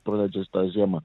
praleidžia tą žiemą